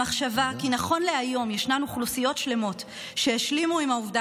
המחשבה כי נכון להיום ישנן אוכלוסיות שלמות שהשלימו עם העובדה